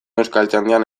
euskaltzaindian